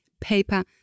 paper